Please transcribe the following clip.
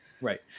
right